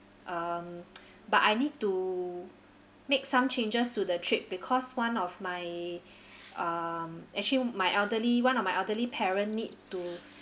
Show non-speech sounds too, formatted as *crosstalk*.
um but I need to make some changes to the trip because one of my *breath* um actually my elderly one of my elderly parent need to *breath*